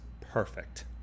perfect